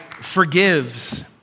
forgives